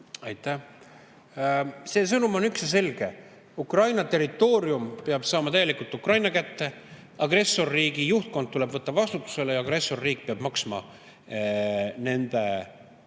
Aitäh! See sõnum on üks ja selge: Ukraina territoorium peab saama täielikult Ukraina kätte, agressorriigi juhtkond tuleb võtta vastutusele ja agressorriik peab maksma nende